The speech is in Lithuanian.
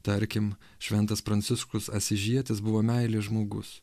tarkim šventas pranciškus asyžietis buvo meilės žmogus